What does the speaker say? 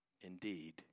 indeed